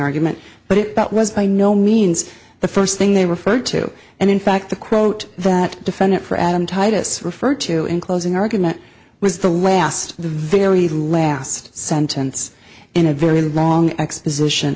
argument but it was by no means the first thing they referred to and in fact the quote that defendant for adam titus referred to in closing argument was the last the very last sentence in a very long exposition